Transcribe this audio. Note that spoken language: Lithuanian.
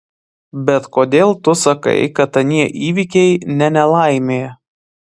bet kodėl tu sakai kad anie įvykiai ne nelaimė